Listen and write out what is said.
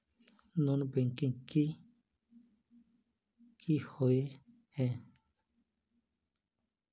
Non banking किए हिये है?